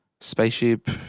Spaceship